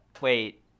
wait